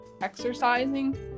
exercising